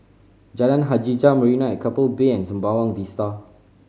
Jalan Hajijah Marina at Keppel Bay and Sembawang Vista